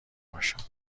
باشد